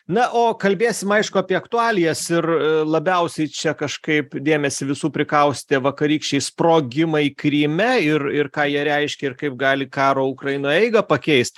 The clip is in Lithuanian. na o kalbėsim aišku apie aktualijas ir labiausiai čia kažkaip dėmesį visų prikaustė vakarykščiai sprogimai kryme ir ir ką jie reiškia ir kaip gali karo ukrainoje eigą pakeist